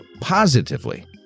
positively